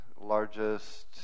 largest